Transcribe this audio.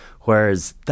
Whereas